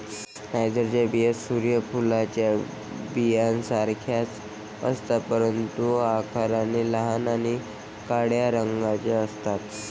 नायजरच्या बिया सूर्य फुलाच्या बियांसारख्याच असतात, परंतु आकाराने लहान आणि काळ्या रंगाच्या असतात